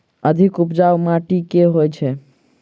अधिक उपजाउ माटि केँ होइ छै?